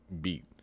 beat